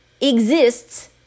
exists